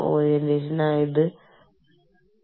ജീവനക്കാരുടെ ബന്ധങ്ങളിലെ പ്രശ്നങ്ങൾ വർദ്ധിച്ചു